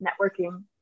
networking